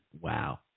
Wow